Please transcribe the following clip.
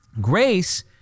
Grace